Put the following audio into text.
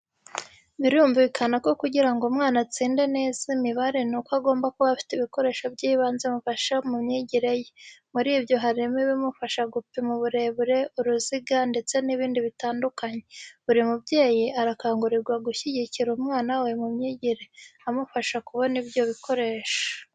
Birumvikana ko kugira ngo umwana atsinde neza imibare nuko agomba kuba afite ibikoresho by'ibanze bimufasha mu myigire ye. Muri byo harimo ibimufasha gupima uburebure, uruziga, ndetse nibindi bitandukanye. Buri mubyeyi arakangurirwa gushyigikira umwana we mu myigire, amufasha kubona ibyo bikoresho.